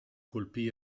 colpì